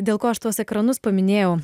dėl ko aš tuos ekranus paminėjau